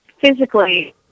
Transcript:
physically